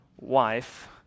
wife